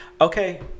okay